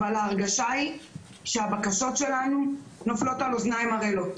אבל ההרגשה היא שהבקשות שלנו נופלות על אוזניים ערלות.